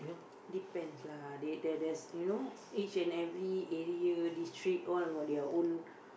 depends lah there's there's you know each and every area district got their own